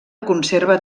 conserva